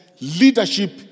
leadership